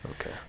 Okay